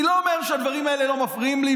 אני לא אומר שהדברים האלה לא מפריעים לי,